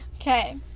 Okay